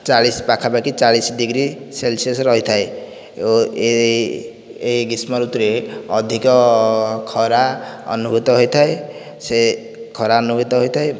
ଚାଳିଶ ପାଖାପାଖି ଚାଳିଶ ଡିଗ୍ରୀ ସେଲସିୟସ ରହିଥାଏ ଓ ଏଇ ଏଇ ଗ୍ରୀଷ୍ମଋତୁରେ ଅଧିକ ଖରା ଅନୁଭୂତ ହୋଇଥାଏ ସେ ଖରା ଅନୁଭୂତ ହୋଇଥାଏ